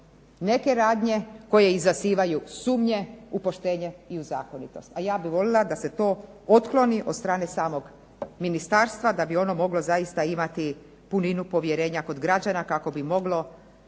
neke radnje koje izazivaju sumnje u poštenje i u zakonitost, a ja bih volila da se to otkloni od strane samog ministarstva da bi ono moglo zaista imati puninu povjerenja kod građana kako bi moglo